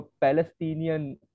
Palestinian